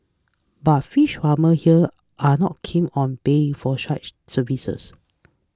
but fish farmers here are not keen on paying for such services